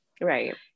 Right